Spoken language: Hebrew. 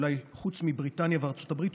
אולי חוץ מבריטניה וארצות הברית,